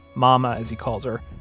mama as he calls her,